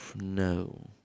no